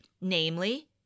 namely